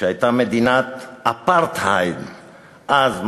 שהייתה מדינת אפרטהייד אז,